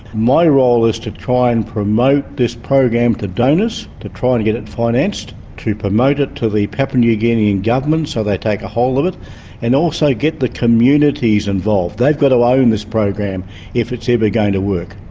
my role is to try and promote this program to donors to try and get it financed, to promote it to the papua new guinea and government so they take hold of it and also get the communities involved. they've got to own this program if it's ever but going to work.